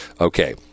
Okay